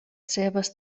seves